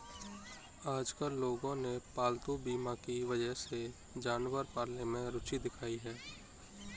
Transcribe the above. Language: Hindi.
आजकल लोगों ने पालतू बीमा की वजह से जानवर पालने में रूचि दिखाई है